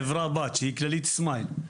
חברה בת שהיא כללית סמייל,